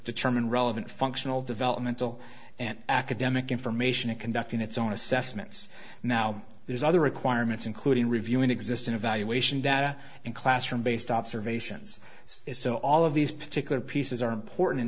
determine relevant functional developmental and academic information and conducting its own assessments now there's other requirements including reviewing existing evaluation that are in classroom based observations so all of these particular pieces are important in